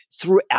throughout